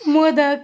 modak